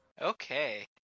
Okay